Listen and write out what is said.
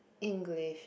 English